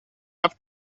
have